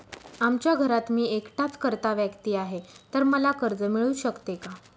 आमच्या घरात मी एकटाच कर्ता व्यक्ती आहे, तर मला कर्ज मिळू शकते का?